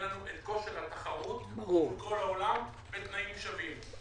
לנו את כושר התחרות מול כל העולם בתנאים שווים.